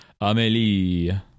Amelie